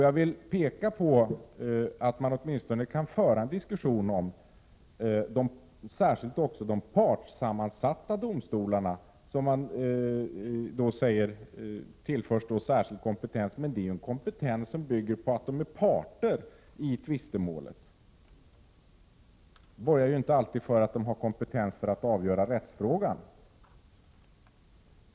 Jag vill peka på att man åtminstone kan föra en diskussion om de partssammansatta domstolarna, som man säger tillför särskild kompetens. Det är dock en kompetens som bygger på att vederbörande är parter i tvistemålet. Detta borgar inte alltid för att de har kompetens för att avgöra rättsfrågan.